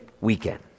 weekend